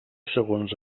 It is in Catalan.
segons